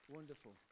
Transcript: Wonderful